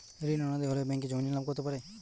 ঋণ অনাদায়ি হলে ব্যাঙ্ক কি জমি নিলাম করতে পারে?